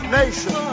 nation